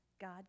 God